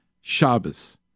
Shabbos